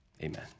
amen